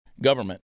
government